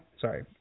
Sorry